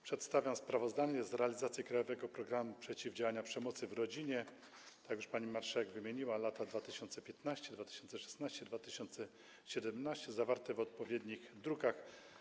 Przedstawiam sprawozdania z realizacji „Krajowego programu przeciwdziałania przemocy w Rodzinie”, tak jak już pani marszałek wymieniła, za lata 2015, 2016, 2017, zawarte w odpowiednich drukach.